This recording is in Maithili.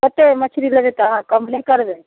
एतेक मछरी लेबै तऽ अहाँ कम नहि करबै